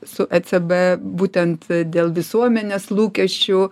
su ecb būtent dėl visuomenės lūkesčių